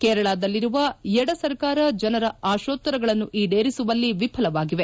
ಕೇರಳದಲ್ಲಿರುವ ಎಡ ಸರ್ಕಾರ ಜನರ ಆತೋತ್ತರಗಳನ್ನು ಈಡೇರಿಸುವಲ್ಲಿ ವಿಫಲವಾಗಿವೆ